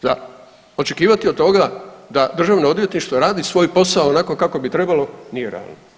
Za očekivati od toga da državno odvjetništvo radi svoj posao onako kako bi trebalo nije realno.